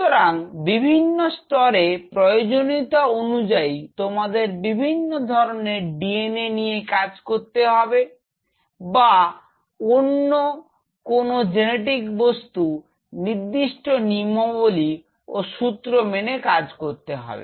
সুতরাং বিভিন্ন স্তরে প্রয়োজনীয়তা অনুযায়ী তোমাদের বিভিন্ন ধরনের DNA নিয়ে কাজ করতে হবে বা অন্যকোন জেনেটিক বস্তু নির্দিষ্ট নিয়মাবলী ও সূত্র মেনে কাজ করতে হবে